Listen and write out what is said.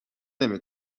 نمی